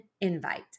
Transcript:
invite